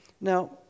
Now